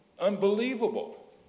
Unbelievable